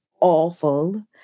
awful